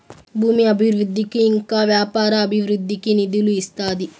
భూమి అభివృద్ధికి ఇంకా వ్యాపార అభివృద్ధికి నిధులు ఇస్తాది